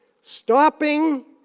Stopping